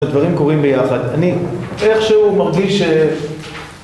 הדברים קורים ביחד אני איכשהו מרגיש ש...